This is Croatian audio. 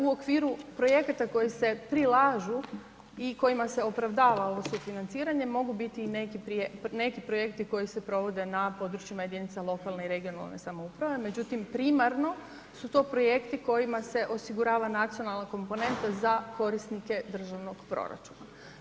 U okviru projekata koji se prilažu i kojima se opravdava ovo sufinanciranje mogu biti i neki projekti koji se provode na područjima jedinica lokalne i regionalne samouprave, međutim primarno su to projekti kojima se osigurava nacionalna komponenta za korisnike državnog proračun.